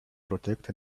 protect